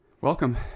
Welcome